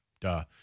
Duh